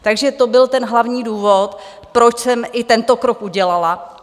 Takže to byl ten hlavní důvod, proč jsem i tento krok udělala.